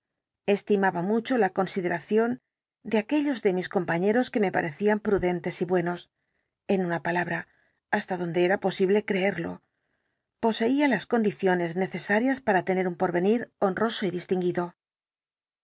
estimaba mucho la consideración de aquellos de mis compañeros que me parecían prudentes y buenos en una palabra hasta donde era posible creerlo poseía las condiciones necesarias para tener un porvenir honroso y distinguido